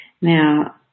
Now